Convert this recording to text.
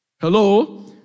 Hello